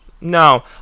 No